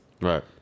Right